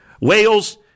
Wales